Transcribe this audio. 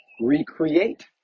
recreate